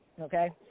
okay